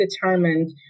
determined